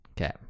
okay